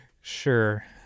Sure